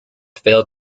failed